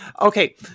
Okay